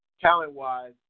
Talent-wise